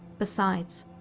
besides,